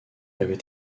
avait